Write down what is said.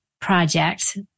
project